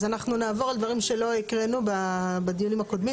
אז אנחנו נעבור על דברים שלא הקראנו בדיונים הקודמים.